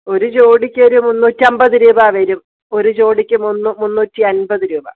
ഒരു ജോഡിക്കൊരു മുന്നൂറ്റമ്പത് രൂപ വരും ഒരു ജോഡിക്ക് മുന്നു മുന്നൂറ്റിയൻപത് രൂപ